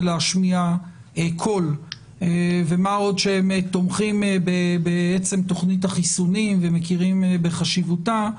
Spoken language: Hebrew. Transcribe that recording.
להשמיע קול ומה עוד שהם תומכים בעצם תכנית החיסונים ומכירים בחשיבותה,